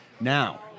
Now